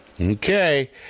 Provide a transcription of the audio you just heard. Okay